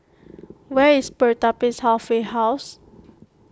where is Pertapis Halfway House